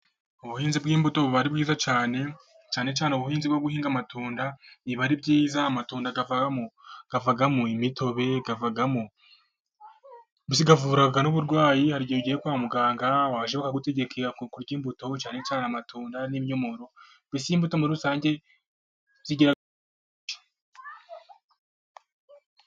Ubuhinzi bw'imbuto buba ari bwiza cyane, cyane cyane ubuhinzi bwo guhinga amatunda, biba ari byiza, amatunda avamo imitobe, avamo, Ndetse avura n'uburwayi, hari igihe ujya kwa muganga bakagutegeka kujya urya imbuto, cyane cyane amatunda n'inyomoro, mbese imbuto muri rusange zigira...............